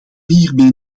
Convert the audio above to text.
hiermee